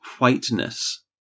whiteness